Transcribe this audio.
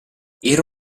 era